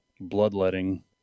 bloodletting